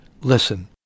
Listen